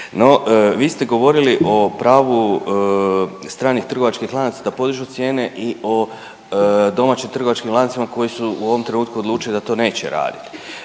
No vi ste govorili o pravu stranih trgovačkih lanaca da podižu cijene i o domaćim trgovačkim lancima koji su u ovom trenutku odlučili da to neće radit